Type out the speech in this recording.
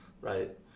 right